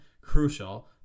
crucial